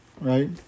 Right